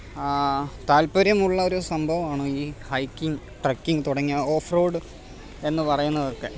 താല്പര്യമുള്ള ഒരു സംഭവമാണ് ഈ ഹൈക്കിങ് ട്രക്കിംഗ് തുടങ്ങിയ ഓഫ് റോഡ് എന്ന് പറയുന്നതൊക്കെ